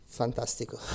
fantastico